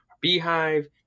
beehive